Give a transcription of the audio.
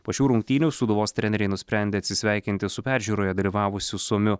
po šių rungtynių sūduvos treneriai nusprendė atsisveikinti su peržiūroje dalyvavusiu suomiu